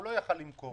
הוא לא יכול למכור,